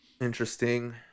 interesting